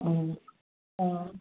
ꯎꯝ